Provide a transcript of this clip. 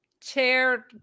chair